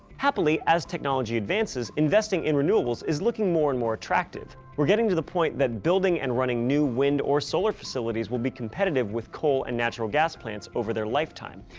happily as technology advances, investing in renewables is looking more and more attractive. we're getting to the point that building and running new wind or solar facilities will be competitive with coal and natural gas plants over their lifetime.